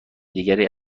دیگری